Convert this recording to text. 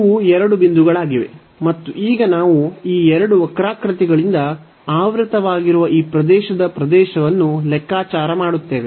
ಇವು ಎರಡು ಬಿಂದುಗಳಾಗಿವೆ ಮತ್ತು ಈಗ ನಾವು ಈ ಎರಡು ವಕ್ರಾಕೃತಿಗಳಿಂದ ಆವೃತವಾಗಿರುವ ಈ ಪ್ರದೇಶದ ಪ್ರದೇಶವನ್ನು ಲೆಕ್ಕಾಚಾರ ಮಾಡುತ್ತೇವೆ